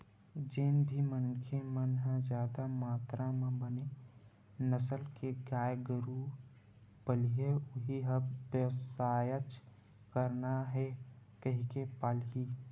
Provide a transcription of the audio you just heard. जेन भी मनखे मन ह जादा मातरा म बने नसल के गाय गरु पालही ओ ह बेवसायच करना हे कहिके पालही